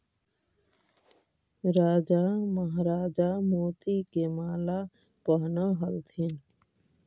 राजा महाराजा मोती के माला पहनऽ ह्ल्थिन